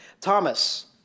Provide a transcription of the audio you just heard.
Thomas